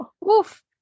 Woof